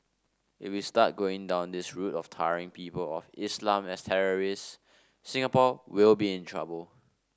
if we start going down this route of tarring people of Islam as terrorists Singapore will be in trouble